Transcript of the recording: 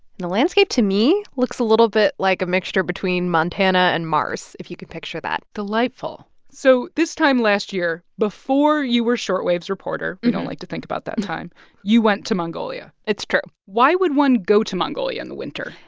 and the landscape, to me, looks a little bit like a mixture between montana and mars, if you could picture that delightful. so this time last year before you were short wave's reporter i don't like to think about that time you went to mongolia it's true why would one go to mongolia in the winter?